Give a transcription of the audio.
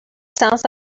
sounds